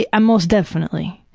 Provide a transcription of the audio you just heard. ah most definitely.